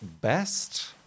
Best